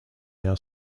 now